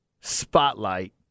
spotlight